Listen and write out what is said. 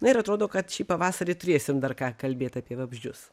na ir atrodo kad šį pavasarį turėsim dar ką kalbėt apie vabzdžius